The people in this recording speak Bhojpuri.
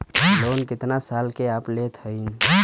लोन कितना खाल के आप लेत हईन?